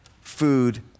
food